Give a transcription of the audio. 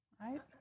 Right